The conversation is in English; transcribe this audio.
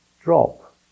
drop